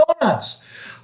donuts